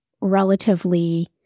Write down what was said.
relatively